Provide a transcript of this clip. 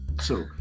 So-